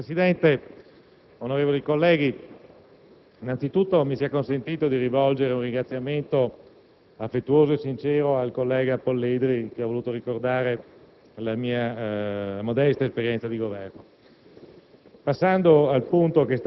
*(FI)*. Signor Presidente, onorevoli colleghi, innanzitutto mi sia consentito rivolgere un ringraziamento affettuoso e sincero al collega Polledri che ha voluto ricordare la mia modesta esperienza di Governo.